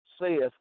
saith